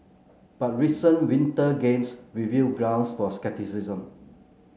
but recent Winter Games reveal grounds for scepticism